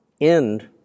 end